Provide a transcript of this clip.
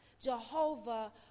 Jehovah